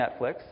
Netflix